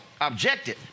objected